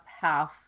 half